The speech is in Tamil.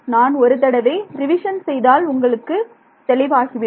நான் ஒரு தடவை ரிவிஷன் செய்தால் உங்களுக்கு தெளிவாகிவிடும்